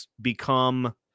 become